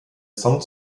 song